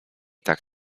tak